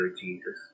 Jesus